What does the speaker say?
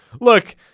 look